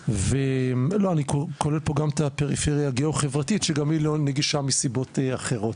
אני קולט פה גם את הפריפריה הגאו-חברתית שגם היא לא נגישה מסיבות אחרות,